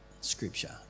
scripture